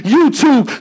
YouTube